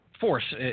Force